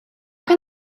can